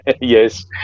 Yes